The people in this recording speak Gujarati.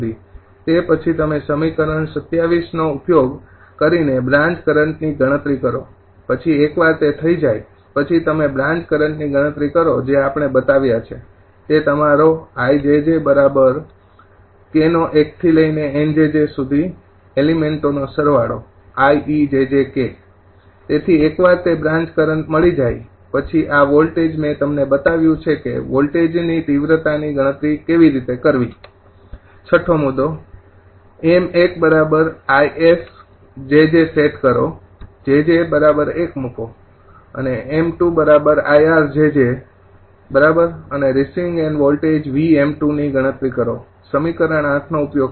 4 તે પછી તમે સમીકરણ ૨૭ નો ઉપયોગ કરીને બ્રાન્ચ કરંટ ની ગણતરી કરો પછી એકવાર તે થઈ જાય પછી તમે બ્રાન્ચ કરંટ ની ગણતરી કરો જે આપણે બતાવ્યા છેતે તમારો ૫ તેથી એકવાર તે બ્રાન્ચ કરંટ મળી જાય પછી આ વોલ્ટેજ મેં તમને બતાવ્યું છે કે વોલ્ટેજના તીવ્રતાની ગણતરી કેવી રીતે કરવી ૬ 𝑚૧𝐼𝑆𝑗𝑗 સેટ કરો 𝑗𝑗 ૧ મુકો અને 𝑚૨𝐼𝑅𝑗𝑗 બરાબર અને રિસીવિંગ એન્ડ વોલ્ટેજ 𝑉𝑚૨ ની ગણતરી કરો સમીકરણ ૮ નો ઉપયોગ કરીને